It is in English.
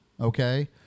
okay